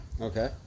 Okay